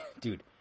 dude